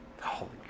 Holy